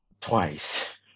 twice